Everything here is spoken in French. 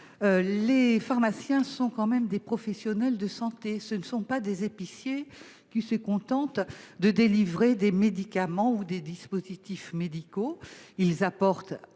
Les pharmaciens sont des professionnels de santé ; ce ne sont pas des épiciers qui se contentent de délivrer des médicaments ou des dispositifs médicaux. Ils apportent